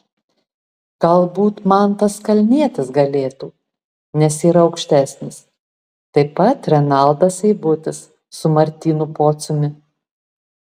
galbūt mantas kalnietis galėtų nes yra aukštesnis taip pat renaldas seibutis su martynu pociumi